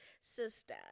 sister